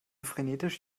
frenetisch